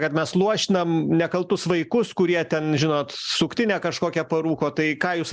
kad mes luošinam nekaltus vaikus kurie ten žinot suktinę kažkokią parūko tai ką jūs